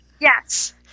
Yes